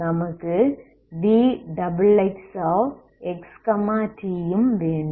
நமக்கு vxxxt ம் வேண்டும்